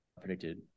predicted